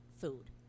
food